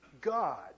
God